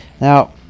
now